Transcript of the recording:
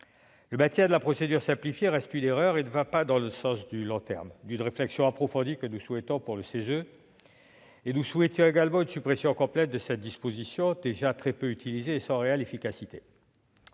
Le maintien de la procédure simplifiée reste une erreur et ne va pas dans le sens du long terme ni d'une réflexion approfondie que nous souhaitons pour le CESE. Nous proposions la suppression complète de cette disposition, très peu utilisée et sans réelle efficacité.